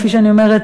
כפי שאני אומרת,